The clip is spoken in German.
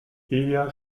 eher